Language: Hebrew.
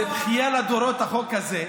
זו בכייה לדורות, החוק הזה,